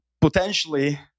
Potentially